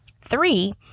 Three